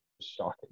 shocking